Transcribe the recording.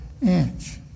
inch